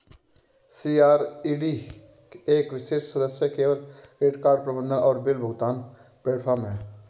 CRED एक विशेष सदस्य केवल क्रेडिट कार्ड प्रबंधन और बिल भुगतान प्लेटफ़ॉर्म है